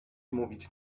mówić